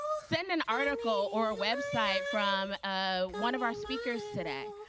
send an article or a website from ah one of our speakers today.